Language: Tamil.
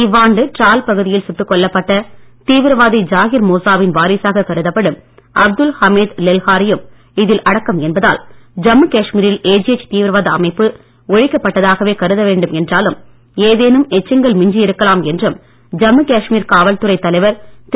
இவ்வாண்டு டிரால் பகுதியில் சுட்டுக் கொல்லப்பட்ட தீவிரவாதி ஜாகிர் மூசா வின் வாரிசாக கருதப்படும் அப்துல் ஹமீத் லெல்ஹாரி யும் இதில் அடக்கம் என்பதால் ஜம்மு காஷ்மீரில் ஏஜிஎச் தீவிரவாத அமைப்பு ஒழிக்கப்பட்டதாகவே கருத வேண்டும் என்றாலும் ஏதேனும் எச்சங்கள் மிஞ்சி இருக்கலாம் என்றும் ஜம்மு காஷ்மீர் காவல்துறை தலைவர் திரு